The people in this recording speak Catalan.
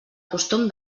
costum